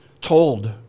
told